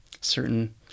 certain